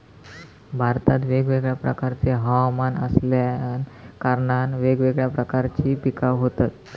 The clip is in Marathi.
भारतात वेगवेगळ्या प्रकारचे हवमान असल्या कारणान वेगवेगळ्या प्रकारची पिका होतत